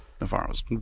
Navarro's